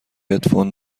هدفون